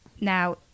Now